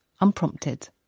unprompted